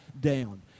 down